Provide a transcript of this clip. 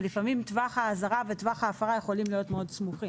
ולפעמים טווח האזהרה וטווח ההפרה יכולים להיות מאוד סמוכים.